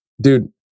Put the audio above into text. dude